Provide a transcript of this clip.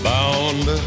Bound